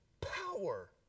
power